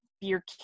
beer